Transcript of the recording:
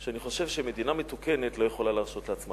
שאני חושב שמדינה מתוקנת לא יכולה להרשות לעצמה.